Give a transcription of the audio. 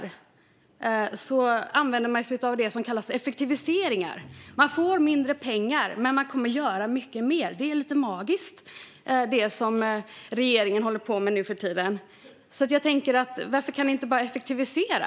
Dessutom använder man sig av det som kallas effektiviseringar på alla andra områden där regeringen satsar. Man får mindre pengar men kommer ändå att göra mycket mer. Det är lite magiskt, det som regeringen håller på med nu för tiden. Varför kan ni inte bara effektivisera?